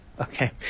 Okay